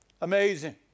Amazing